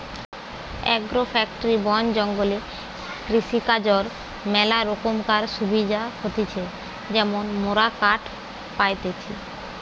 agro forestry বন জঙ্গলে কৃষিকাজর ম্যালা রোকমকার সুবিধা হতিছে যেমন মোরা কাঠ পাইতেছি